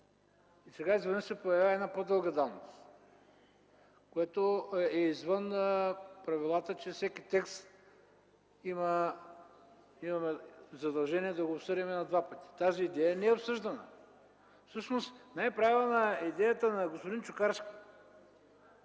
Сега изведнъж се появява една по-дълга давност, което е извън правилата, че всеки текст имаме задължение да го обсъдим на два пъти. Тази идея не е обсъждана. Всъщност най-правилна е идеята на господин Чукарски –